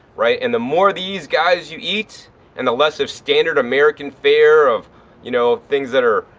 right. and the more of these guys you eat and the less of standard american fare of you know things that are,